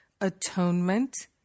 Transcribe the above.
Atonement